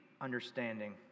understanding